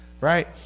right